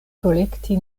kolekti